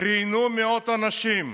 הם ראיינו מאות אנשים,